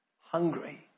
Hungry